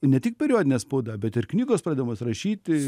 ne tik periodinė spauda bet ir knygos pradedamos rašyti